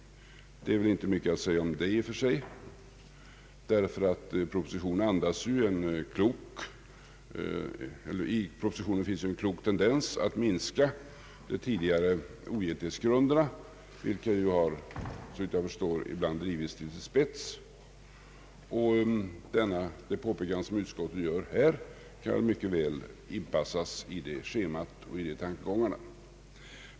Det är inte mycket att säga om detta, ty i propositionen finns en klok tendens att minska de tidigare ogiltighetsgrunderna vilka, såvitt jag förstår, ibland drivits till sin spets. Det påpekande som utskottet gör här kan mycket väl inpassas i det schemat och i de tankegångarna.